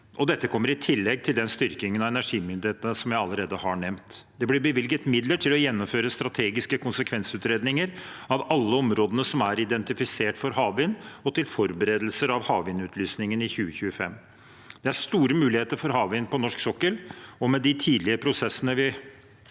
Dette kommer i tillegg til styrkingen av energimyndighetene, som jeg allerede har nevnt. Det blir bevilget midler til å gjennomføre strategiske konsekvensutredninger av alle områdene som er identifisert for havvind, og til forberedelser av havvindutlysningen i 2025. Det er store muligheter for havvind på norsk sokkel, og med de tidligere prosessene vi